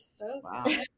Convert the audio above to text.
Wow